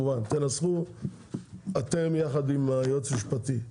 תנסחו אתם יחד עם היועץ המשפטי,